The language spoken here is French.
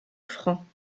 francs